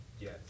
Yes